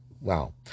Wow